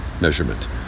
Measurement